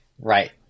right